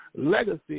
Legacy